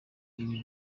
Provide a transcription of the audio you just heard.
ibi